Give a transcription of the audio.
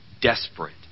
desperate